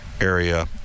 Area